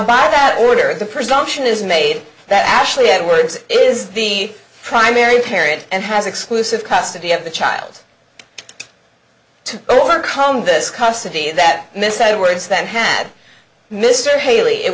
by that order if the presumption is made that actually edwards is the primary parent and has exclusive custody of the child to overcome this custody that mrs edwards then had mr haley it